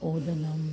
ओदनम्